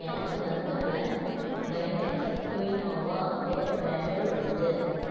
எனக்கு வந்துள்ள by nature quinoa வேறு பிராண்டில் உள்ளது